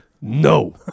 No